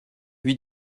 lui